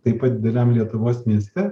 taip pat dideliam lietuvos mieste